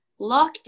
lockdown